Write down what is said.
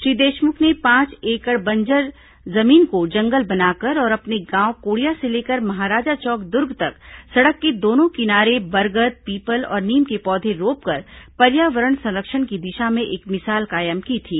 श्री देशमुख ने पांच एकड़ बंजर जमीन को जंगल बनाकर और अपने गांव कोड़िया से लेकर महाराजा चौक द्र्ग तक सड़क के दोनों किनारे बरगद पीपल और नीम के पौधे रोपकर पर्यावरण संरक्षण की दिशा में एक मिसाल कायम की थी